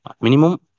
minimum